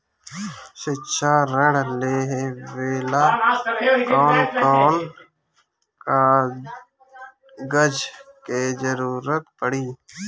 शिक्षा ऋण लेवेला कौन कौन कागज के जरुरत पड़ी?